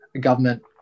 government